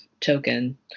token